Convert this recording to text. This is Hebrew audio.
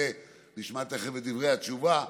נשמע תכף את דברי התשובה,